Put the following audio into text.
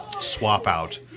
swap-out